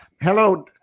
hello